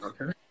Okay